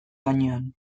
gainean